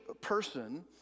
person